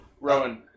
Rowan